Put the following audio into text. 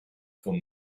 for